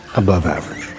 above average,